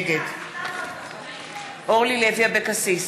נגד אורלי לוי אבקסיס,